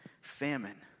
famine